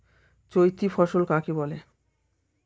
চৈতি ফসল কাকে বলে?